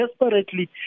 desperately